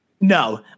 No